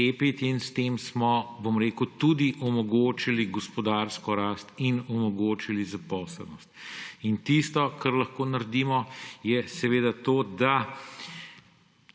cepiti. S tem smo tudi omogočili gospodarsko rast in omogočili zaposlenost. Tisto, kar lahko naredimo, je seveda to, da